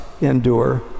endure